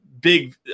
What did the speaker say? big